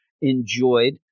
enjoyed